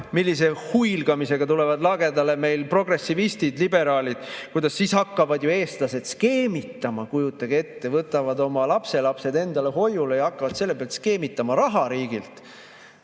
millise huilgamisega tulevad lagedale progressivistid, liberaalid: kuidas siis hakkavad eestlased skeemitama. Kujutage ette, võtavad oma lapselapsed endale hoiule ja hakkavad selle pealt skeemitama raha riigilt!